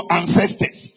ancestors